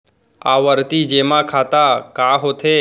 आवर्ती जेमा खाता का होथे?